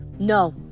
No